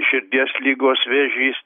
širdies ligos vėžys